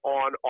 on